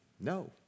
No